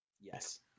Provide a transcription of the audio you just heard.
yes